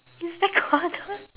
it's recorded